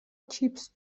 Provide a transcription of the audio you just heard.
چیپس